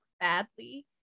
badly